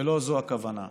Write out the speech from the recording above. ולא זאת הכוונה.